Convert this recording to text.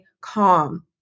calm